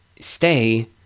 stay